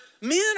men